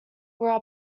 grow